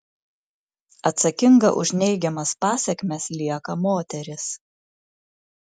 atsakinga už neigiamas pasekmes lieka moteris